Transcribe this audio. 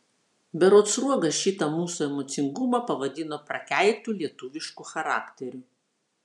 berods sruoga šitą mūsų emocingumą pavadino prakeiktu lietuvišku charakteriu